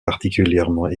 particulièrement